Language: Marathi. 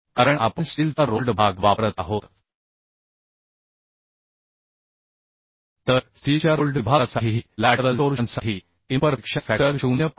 कारण आपण स्टीलचा रोल्ड भाग वापरत आहोत तर स्टीलच्या रोल्ड विभागासाठी लॅटरल टोर्शनसाठी इम्परफेक्शन फॅक्टर 0